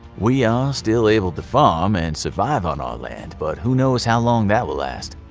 we are still able to farm and survive on our land, but who knows how long that will last.